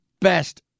best